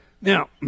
Now